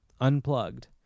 unplugged